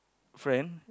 friend